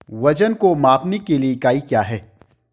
वजन को मापने के लिए इकाई क्या है?